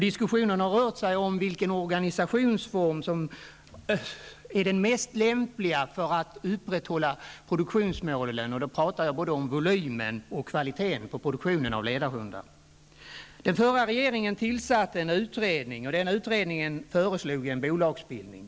Diskussionen har rört sig om vilken organisationsform som är den mest lämpliga för att upprätthålla produktionsmålet, både vad gäller volym och kvalitet. Den förra regeringen tillsatte en utredning, som föreslog en bolagsbildning.